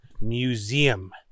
museum